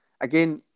again